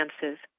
chances